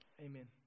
Amen